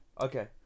okay